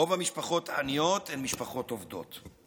רוב המשפחות העניות הן משפחות עובדות.